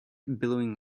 billowing